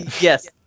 Yes